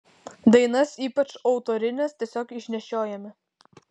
dainas ypač autorines tiesiog išnešiojame